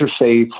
interfaith